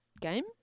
game